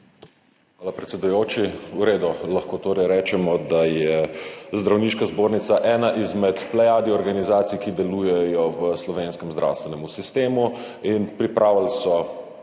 Hvala, predsedujoči. V redu. Lahko torej rečemo, da je Zdravniška zbornica ena izmed plejad organizacij, ki delujejo v slovenskem zdravstvenem sistemu, in pripravili so